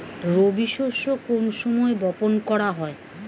রবি শস্য কোন সময় বপন করা হয়?